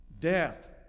Death